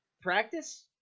practice